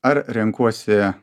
ar renkuosi